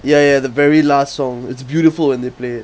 ya ya the very last song it's beautiful when they play it